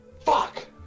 Fuck